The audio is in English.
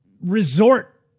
resort